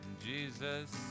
Jesus